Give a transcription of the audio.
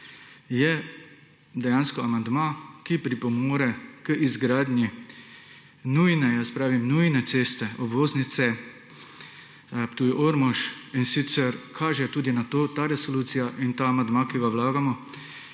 je dejansko amandma, ki pripomore k izgradnji nujne, jaz pravim nujne ceste, obvoznice Ptuj-Ormož, in sicer kaže tudi na to ta resolucija in ta amandma, ki ga vlagamo,